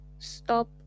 stop